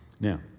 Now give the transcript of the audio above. Now